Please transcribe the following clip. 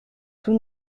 tout